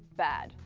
bad.